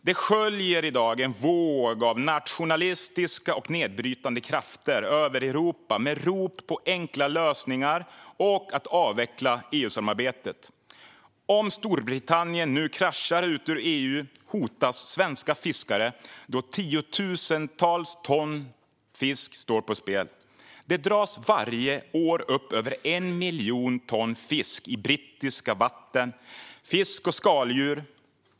Det sköljer i dag en våg av nationalistiska och nedbrytande krafter över Europa med rop på enkla lösningar och om att avveckla EU-samarbetet. Om Storbritannien nu kraschar ut ur EU hotas svenska fiskare, då tiotusentals ton fisk står på spel. Det dras varje år upp över 1 miljon ton fisk och skaldjur i brittiska vatten.